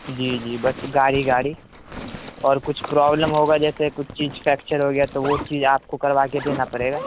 جی جی بس گاڑی گاڑی اور کچھ پروبلم ہوگا جیسے کچھ چیز فیکچر ہو گیا تو وہ چیز آپ کو کروا کے دینا پڑے گا